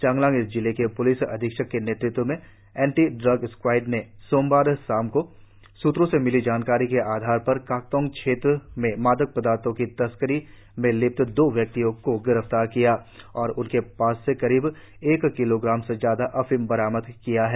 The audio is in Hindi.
चांगलांग जिले के प्लिस अधीक्षक के नेतृत्व में एंटी ड्रग स्क्वाड ने सोमवार शाम को विश्वस्त सूत्रों से मिली जानकारी के आधार पर काक्टोंग क्षेत्र में मादक पदार्थों की तस्करी में लिप्त दो व्यक्तियों को गिरफ्तार किया है और उनके पास से करीब एक किलोग्राम से ज्यादा अफीम बरामद किया है